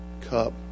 cup